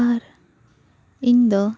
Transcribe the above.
ᱟᱨ ᱤᱧ ᱫᱚ